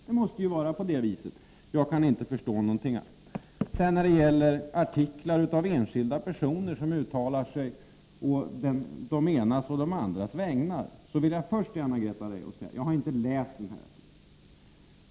Det måste ju vara på det viset — jag kan inte förstå någonting annat. När det gäller artiklar av enskilda personer som uttalar sig å den ena eller den andra gruppens vägnar vill jag först till Anna-Greta Leijon säga att jag inte har läst artikeln i fråga.